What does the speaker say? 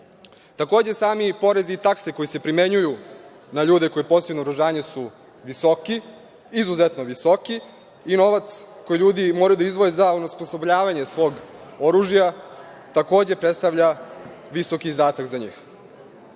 uložili. Takođe, sami porezi i takse koji se primenjuju na ljude koji poseduju naoružanje su visoki, izuzetno visoku, i novac koji ljudi moraju da izdvoje za osposobljavanje svog oružja, takođe, predstavlja visok izdatak za njih. Imali